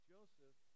Joseph